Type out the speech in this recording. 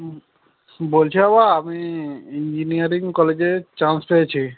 হুম বলছি বাবা আমি ইঞ্জিনিয়ারিং কলেজে চান্স পেয়েছি